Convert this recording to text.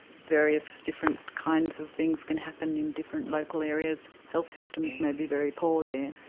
various different kinds of things can happen in different local areas, health systems may be very poor there.